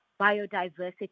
biodiversity